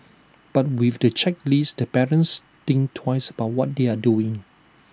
but with the checklist the parents think twice about what they are doing